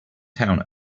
town